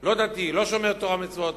לא דתי, לא שומר תורה ומצוות.